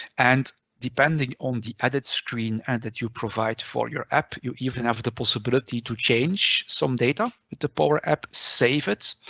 and depending on the added screen, and that you provide for your app, you even have the possibility to change some data with the power app, save it,